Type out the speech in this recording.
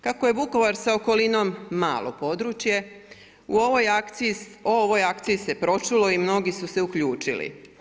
Kako je Vukovar sa okolinom malo područje, o ovoj akciji se pročulo i mnogi su se uključili.